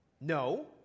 No